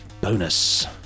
bonus